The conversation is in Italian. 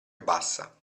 bassa